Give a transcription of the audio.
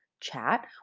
chat